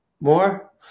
More